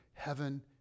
Heaven